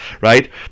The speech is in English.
right